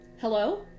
hello